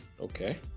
Okay